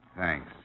Thanks